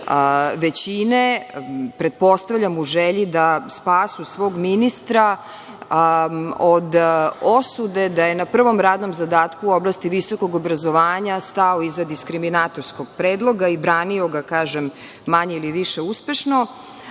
većine pretpostavljam u želji da spasu svog ministra od osude da je na prvom radnom zadatku u oblasti visokog obrazovanja stao iza diskriminatorskog predloga i branio ga, kažem manje, više, uspešno.